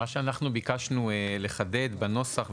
מה שאנחנו ביקשנו לחדד בנוסח,